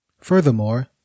Furthermore